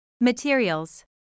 Materials